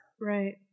Right